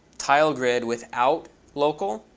tile grid without local,